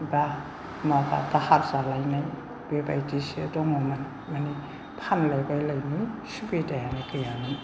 एबा दाहार माबा जालायनाय बेबायदिसो दङमोन माने फानलाय बायलायनि सुबिदायानो गैयामोन